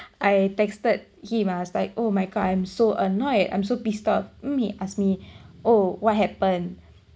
I texted him I was like oh my god I'm so annoyed I'm so pissed off um he ask me oh what happen